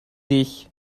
dich